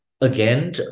again